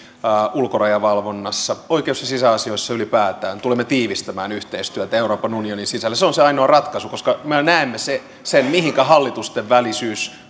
ulkorajavalvonnassa oikeus ja sisäasioissa ylipäätään tulemme tiivistämään yhteistyötä euroopan unionin sisällä se on se ainoa ratkaisu koska me näemme sen mihinkä hallitustenvälisyys